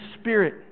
Spirit